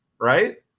Right